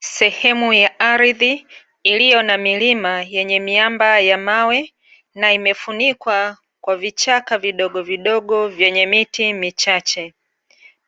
Sehemu ya ardhi iliyo na milima yenye miamba ya mawe na imefunikwa kwa vichaka vidogo vidogo vyenye miti michache,